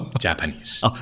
Japanese